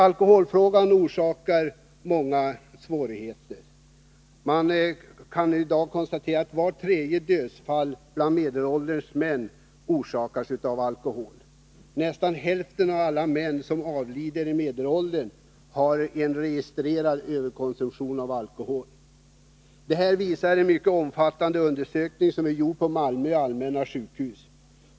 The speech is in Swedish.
Alkoholen orskar många svårigheter. Man kan i dag konstatera att vart tredje dödsfall bland medelålders män orsakas av alkohol. Nästan hälften av alla män som avlider i medelåldern har en registrerad överkonsumtion av alkohol. Det visar en mycket omfattande undersökning, gjord vid Malmö allmänna sjukhus.